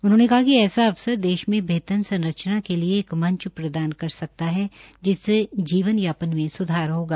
उन्होंने कहा कि ऐसा अवसार देश मे बेहतर संरचना के लिए एक मंच प्रदान कर सकता है जिससे जीवन या न में सुधर होगा